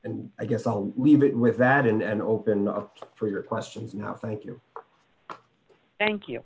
and i guess i'll leave it with that and open up for your question no thank you thank you